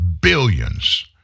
billions